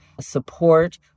support